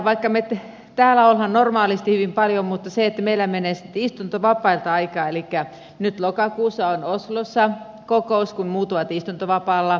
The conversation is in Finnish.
vaikka me täällä olemme normaalisti hyvin paljon niin meillä menee sitten istuntovapailta aikaa elikkä nyt lokakuussa on oslossa kokous kun muut ovat istuntovapaalla